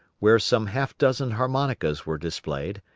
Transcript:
where some half-dozen harmonicas were displayed,